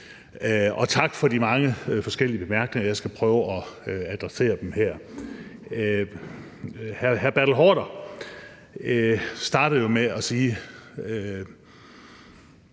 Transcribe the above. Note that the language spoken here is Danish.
Tak for de mange forskellige bemærkninger. Jeg skal prøve at adressere dem her. Hr. Bertel Haarder startede jo med at spørge: